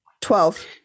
Twelve